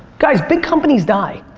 guys, big companies die.